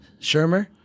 Shermer